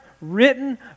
written